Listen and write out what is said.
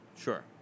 Sure